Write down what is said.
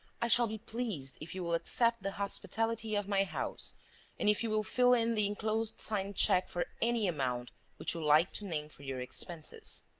i shall be pleased if you will accept the hospitality of my house and if you will fill in the enclosed signed check for any amount which you like to name for your expenses.